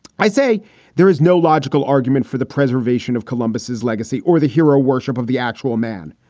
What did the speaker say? i say there is no logical argument for the preservation of columbus's legacy or the hero worship of the actual man.